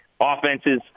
offenses